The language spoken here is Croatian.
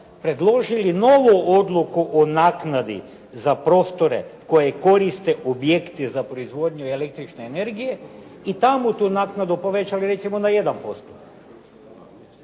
predložili novu odluku o naknadi za prostore koje koriste objekti za proizvodnju električne energije i tamo tu naknadu povećali recimo na 1%.